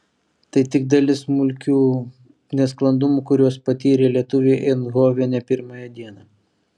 tai tik dalis smulkių nesklandumų kuriuos patyrė lietuviai eindhovene pirmąją dieną